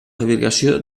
fabricació